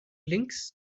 links